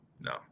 No